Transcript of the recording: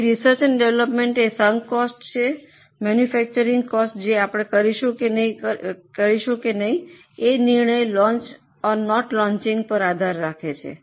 તેથી research and development એ sunk cost છે મૈન્યફૈક્ચરિંગ કોસ્ટ જે આપણે કરીશું કે નહીં એ નિર્ણય લોન્ચ ઑર નાટ લૉન્ચિંગ પર આધાર રાખે છે